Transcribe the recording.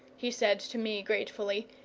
he said to me gratefully.